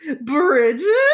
Bridget